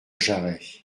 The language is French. jarez